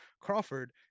Crawford